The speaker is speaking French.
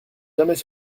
jamais